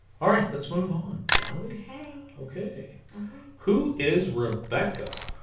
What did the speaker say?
all right let's move on shall we okay okay who is rebecca